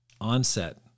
onset